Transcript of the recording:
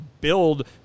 build